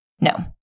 No